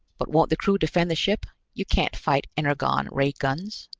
but won't the crew defend the ship? you can't fight energon-ray guns!